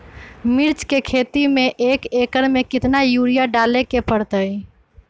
मिर्च के खेती में एक एकर में कितना यूरिया डाले के परतई?